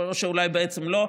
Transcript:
או שאולי בעצם לא,